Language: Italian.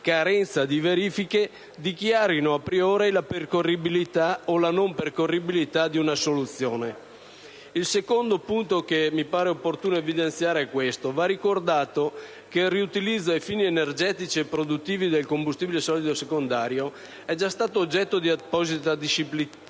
carenza di verifiche dichiarino *a priori* la percorribilità o la non percorribilità di una soluzione. Il secondo punto che mi pare opportuno evidenziare è il seguente. Va ricordato che il riutilizzo ai fini energetici e produttivi del combustile solido secondario è già stato oggetto di apposita disciplina, in